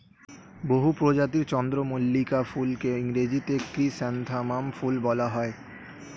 বহু প্রজাতির চন্দ্রমল্লিকা ফুলকে ইংরেজিতে ক্রিস্যান্থামাম ফুল বলা হয়